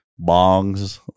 bongs